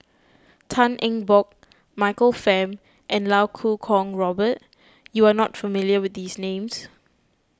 Tan Eng Bock Michael Fam and Iau Kuo Kwong Robert you are not familiar with these names